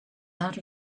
out